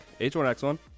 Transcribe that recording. H1X1